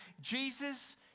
Jesus